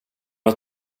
att